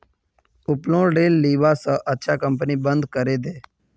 उत्तोलन ऋण लीबा स अच्छा कंपनी बंद करे दे